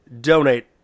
Donate